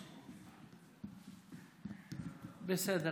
אוקיי, בסדר.